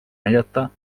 näidata